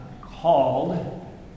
called